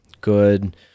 good